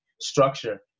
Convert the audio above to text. structure